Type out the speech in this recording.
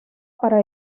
para